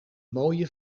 mooie